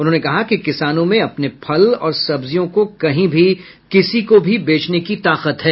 उन्होंने कहा कि किसानों में अपने फल और सब्जियों को कहीं भी किसी को भी बेचने की ताकत है